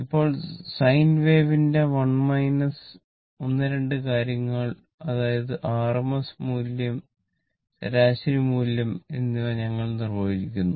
ഇപ്പോൾ സൈൻ വേവിന്റെ 1 2 കാര്യങ്ങൾ അതായതു rms മൂല്യം ശരാശരി മൂല്യം എന്നിവ ഞങ്ങൾ നിർവ്വചിക്കുന്നു